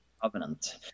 covenant